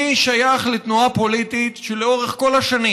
אני שייך לתנועה פוליטית שלאורך כל השנים